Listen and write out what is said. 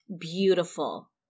beautiful